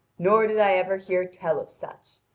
nor did i ever hear tell of such.